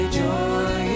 joy